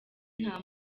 nta